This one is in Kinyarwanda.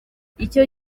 icyo